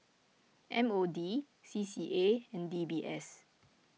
M O D C C A and D B S